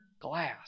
glass